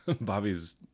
bobby's